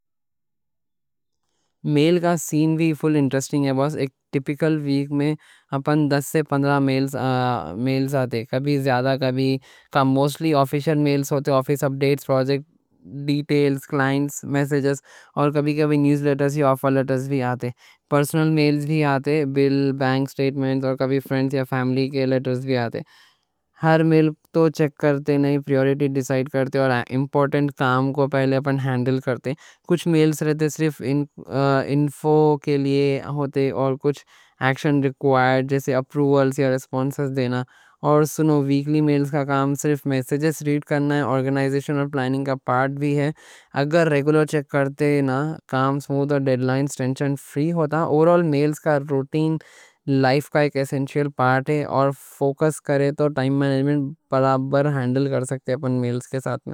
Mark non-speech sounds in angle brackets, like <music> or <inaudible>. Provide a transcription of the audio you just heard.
میل کا سین بھی فل انٹرسٹنگ ہے، بس ایک ٹیپیکل ویک میں اپن دس سے پندرہ میلز <hesitation> آتے۔ کبھی زیادہ کبھی کم؛ موسٹلی آفیشل میلز ہوتے: آفس اپ ڈیٹس، پروجیکٹ ڈیٹیلز، کلائنٹس میسیجز، اور کبھی کبھی نیوز لیٹرز یا آفر لیٹرز بھی آتے۔ پرسنل میلز بھی آتے، بل، بینک سٹیٹمنٹ، اور کبھی فرینڈز یا فیملی کے لیٹرز بھی آتے۔ ہر میل تو چیک کرتے نئیں، پریوریٹی ڈیسائیڈ کرتے، ایمپورٹنٹ کام کو پہلے اپن ہینڈل کرتے۔ کچھ میلز رہتے صرف ان کوں <hesitation> انفو کے لیے ہوتے، اور کچھ ایکشن ریکوائر جیسے اپروولز یا ریسپونسز دینا۔ ویکلی میلز کا کام صرف میسیجز ریڈ کرنا نئیں، آرگنائزیشن پلاننگ بھی ہوتا۔ اگر ریگولر چیک کرے تو کام سموتھ رہتا اور ڈیڈ لائنز ٹینشن فری۔ اوورآل، میلز روٹین لائف کا ایک ایسنشل پارٹ ہے، فوکس کرے تو ٹائم مینجمنٹ پرابر ہینڈل کر سکتے اپن میلز کے ساتھ۔